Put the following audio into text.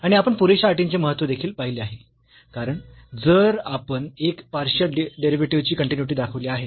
आणि आपण पुरेशा अटींचे महत्त्व देखील पाहिले आहे कारण जर आपण एक पार्शियल डेरिव्हेटिव्हची कन्टीन्यूईटी दाखविली आहे